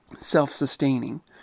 self-sustaining